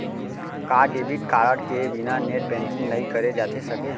का debit card के बिना नेट बैंकिंग नई करे जाथे सके?